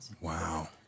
Wow